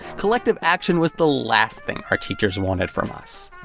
collective action was the last thing our teachers wanted from us.